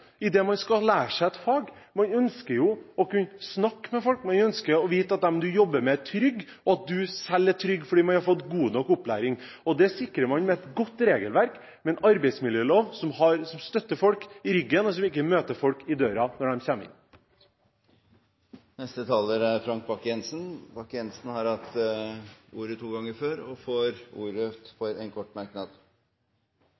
useriøsitet når man går ut i lære, når man skal lære seg et fag. Man ønsker å kunne snakke med folk, man ønsker å vite at dem man jobber med, er trygge, og at man selv er trygg, fordi man har fått god nok opplæring. Det sikrer man gjennom et godt regelverk, med en arbeidsmiljølov som støtter folk i ryggen, og som ikke møter folk i døra når de kommer inn. Representanten Frank Bakke-Jensen har hatt ordet to ganger tidligere i debatten og får ordet